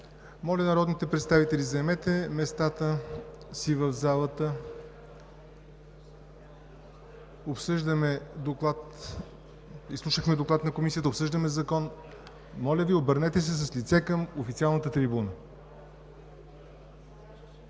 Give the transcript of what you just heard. Моля, народните представители, заемете местата си в залата. Изслушахме Доклада на Комисията, обсъждаме закон, моля Ви, обърнете се с лице към официалната трибуна!